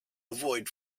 avoid